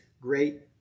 great